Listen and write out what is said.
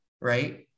right